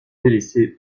délaissée